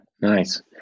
nice